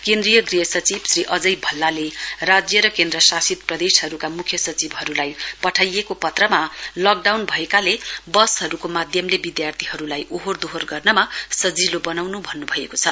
केन्द्रीय गृह सचिव श्री अजय भल्लाले राज्य र केन्द्र शासित प्रदेशहरूका मुख्यसचिवहरूलाई पठाइएको पत्रमा लकडाउन भएकाले बसहरूको माध्यमले विधार्थीहरूलाई ओहोर दोहोर गर्नमा सजिलो बनाउन् भनिएको छ